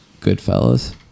Goodfellas